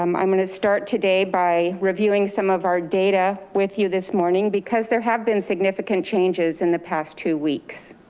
um i'm going to start today by reviewing some of our data with you this morning, because there have been significant changes in the past two weeks.